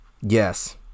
Yes